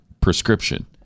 prescription